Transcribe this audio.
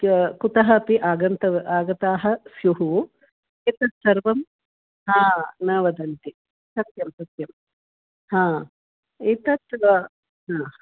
कुतः अपि आगताः आगताः स्युः एतत् सर्वं हा न वदन्ति सत्यं सत्यं हा एतत् हा